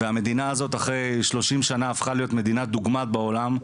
והמדינה הזאת אחרי שלושים שנה הפכה להיות מדינת דוגמא בעולם,